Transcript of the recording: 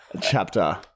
chapter